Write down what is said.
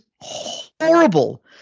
horrible